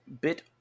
Bit